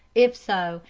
if so,